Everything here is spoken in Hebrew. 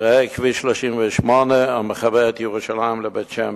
ראה כביש 38, המחבר את ירושלים לבית-שמש.